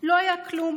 לא היה כלום.